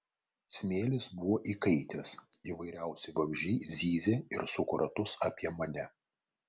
smėlis buvo įkaitęs įvairiausi vabzdžiai zyzė ir suko ratus apie mane